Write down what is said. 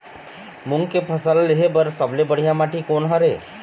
मूंग के फसल लेहे बर सबले बढ़िया माटी कोन हर ये?